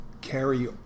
carry